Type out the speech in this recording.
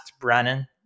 Brennan